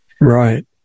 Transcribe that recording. Right